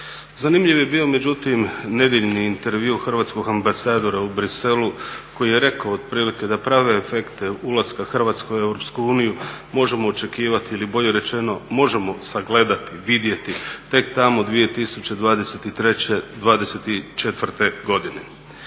Zanimljiv je bio međutim nedjeljni intervju hrvatskog ambasadora u Bruxellesu koji je rekao otprilike da prava efekte ulaska Hrvatske u EU možemo očekivati, ili bolje rečeno možemo sagledati, vidjeti tek tamo 2023./2024. godine.